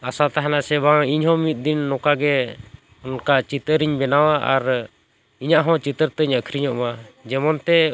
ᱟᱥᱟ ᱛᱟᱦᱮᱱᱟ ᱥᱮ ᱵᱟᱝ ᱤᱧ ᱦᱚᱸ ᱢᱤᱫ ᱫᱤᱱ ᱱᱚᱝᱠᱟ ᱜᱮ ᱚᱱᱠᱟ ᱪᱤᱛᱟᱹᱨᱤᱧ ᱵᱮᱱᱟᱣᱟ ᱟᱨ ᱤᱧᱟᱹᱜ ᱦᱚᱸ ᱪᱤᱛᱟᱹᱨ ᱛᱤᱧ ᱟᱹᱠᱷᱨᱤᱧᱚᱜ ᱢᱟ ᱡᱮᱢᱚᱱ ᱛᱮ